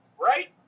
right